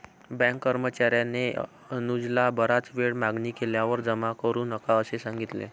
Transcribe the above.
bank कर्मचार्याने अनुजला बराच वेळ मागणी केल्यावर जमा करू नका असे सांगितले